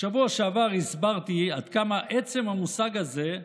בשבוע שעבר הסברתי עד כמה עצם המושג הזה,